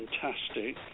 fantastic